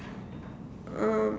um